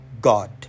God